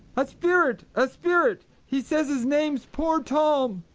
a spirit, a spirit he says his name's poor tom.